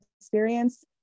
experience